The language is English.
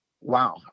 Wow